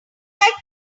like